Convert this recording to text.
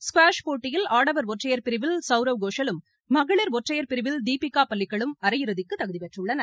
squash போட்டியில் ஆடவர் ஒற்றையர் பிரிவில் சவ்ரவ் கோஷலும் மகளிர் ஒற்றையர் பிரிவில் தீபிகா பல்லிகலும் அரையிறுதிக்கு தகுதி பெற்றுள்ளனர்